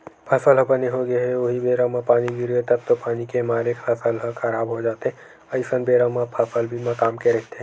फसल ह बने होगे हे उहीं बेरा म पानी गिरगे तब तो पानी के मारे फसल ह खराब हो जाथे अइसन बेरा म फसल बीमा काम के रहिथे